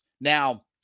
Now